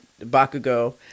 Bakugo